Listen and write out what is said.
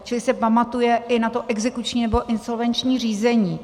Čili se pamatuje i na exekuční nebo insolvenční řízení.